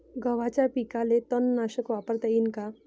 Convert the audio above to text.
गव्हाच्या पिकाले तननाशक वापरता येईन का?